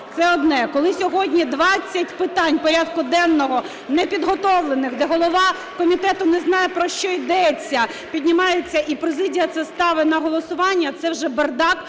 це одне, коли сьогодні 20 питань порядку денного непідготовлених, де голова комітету не знає, про що йдеться, піднімається, і президія це ставить на голосування, це вже бардак,